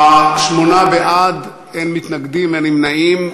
שמונה בעד, אין מתנגדים, אין נמנעים.